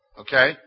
okay